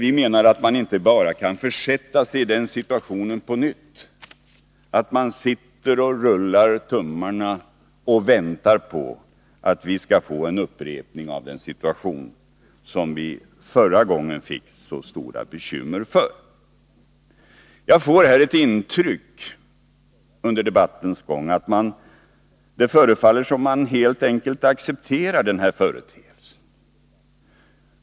Vi menar att vi inte bara på nytt kan försätta oss i det läget att man sitter och rullar tummarna och väntar på att vi skall få en upprepning av den situation som vi förra gången fick så stora bekymmer med. Jag får under debattens gång ett intryck av att man helt enkelt accepterar den här företeelsen.